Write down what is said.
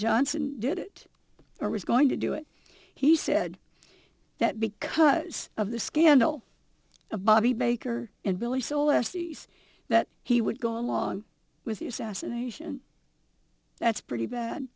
johnson did it or was going to do it he said that because of the scandal of bobby baker and billy sol estes that he would go along with the assassination that's pretty bad